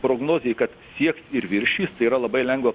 prognozė kad sieks ir viršys yra labai lengva